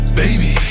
baby